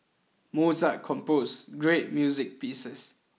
Mozart composed great music pieces